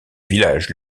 village